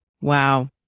Wow